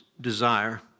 desire